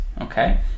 Okay